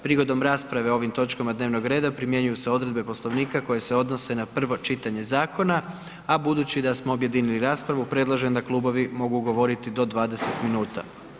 Prigodom rasprave o ovim točkama dnevnog reda primjenjuju se odredbe Poslovnika koje se odnose na prvo čitanje zakona a budući da smo objedinili raspravu, predlažem da klubovi mogu govoriti do 20 minuta.